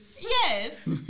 Yes